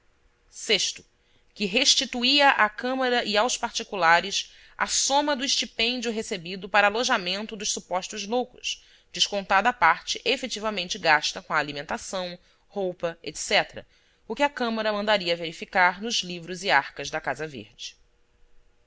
o que restituía à câmara e aos particulares a soma do estipêndio recebido para alojamento dos supostos loucos descontada a parte efetivamente gasta com a alimentação roupa etc o que a câmara mandaria verificar nos livros e arcas da casa verde